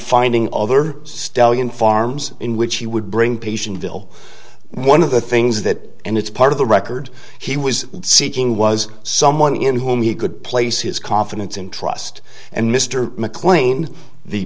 finding other stallion farms in which he would bring patients bill one of the things that and it's part of the record he was seeking was someone in whom he could place his confidence in trust and mr mclean the